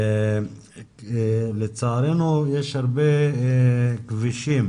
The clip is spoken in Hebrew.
לצערנו יש הרבה כבישים